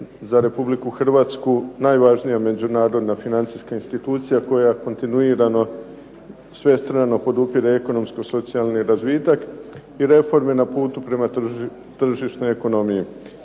za Republiku Hrvatsku najvažnija međunarodna financijska institucija koja kontinuirano, svestrano podupire ekonomsko-socijalni razvitak i reforme na putu prema tržišnoj ekonomiji.